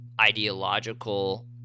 ideological